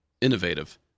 innovative